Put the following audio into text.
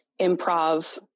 improv